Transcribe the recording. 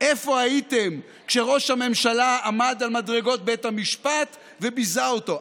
איפה הייתם כשראש הממשלה עמד על מדרגות בית המשפט וביזה אותו?